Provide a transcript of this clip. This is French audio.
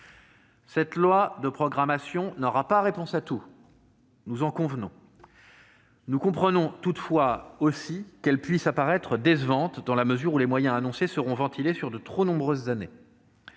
de loi de programmation n'aura pas réponse à tout, nous en convenons. Nous comprenons aussi qu'il puisse paraître décevant, dans la mesure où les moyens annoncés seront ventilés sur un trop grand nombre d'années.